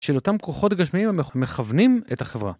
של אותם כוחות גשמיים המכוונים את החברה.